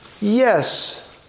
Yes